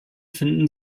finden